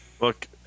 Look